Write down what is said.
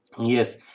Yes